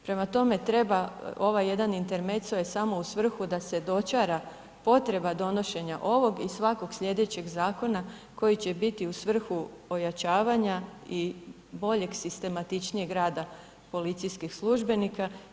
Prema tome, treba ovaj jedan intermeco je samo u svrhu da se dočara potreba donošenja ovog i svakog sljedećeg zakona koji će biti u svrhu ojačavanja i boljeg sistematičnijeg rada policijskih službenika.